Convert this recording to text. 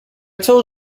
told